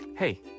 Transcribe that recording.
Hey